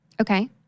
Okay